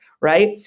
Right